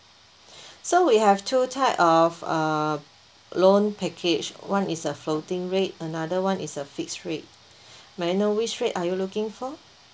so we have two type of uh loan package one is a floating rate another one is a fixed rate may I know which rate are you looking for